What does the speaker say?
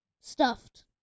Stuffed